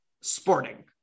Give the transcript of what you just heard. sporting